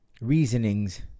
reasonings